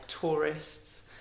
tourists